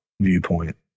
viewpoint